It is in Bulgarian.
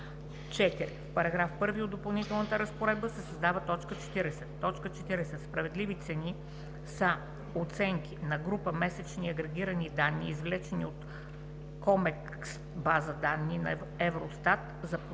4. В §1 от допълнителната разпоредба се създава т. 40: „40. „Справедливи цени“ са оценки на групи месечни агрегирани данни, извлечени от COMEXT база данни на Евростат за подробна